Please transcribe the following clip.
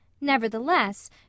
nevertheless